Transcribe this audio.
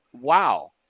wow